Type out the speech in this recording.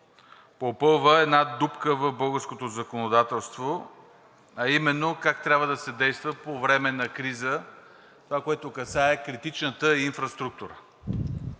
попълва една дупка в българското законодателство, а именно как трябва да се действа по време на криза, това, което касае критичната инфраструктура.